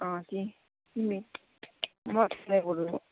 अँ कि तिमी नबोल्नु